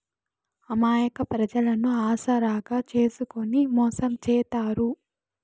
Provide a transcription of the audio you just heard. అమాయక ప్రజలను ఆసరాగా చేసుకుని మోసం చేత్తారు